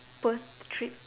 Perth trip